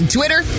Twitter